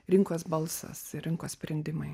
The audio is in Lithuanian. rinkos balsas rinkos sprendimai